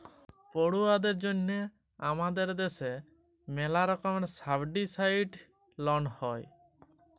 পড়ুয়াদের জন্যহে হামাদের দ্যাশে ম্যালা রকমের সাবসিডাইসদ লন হ্যয়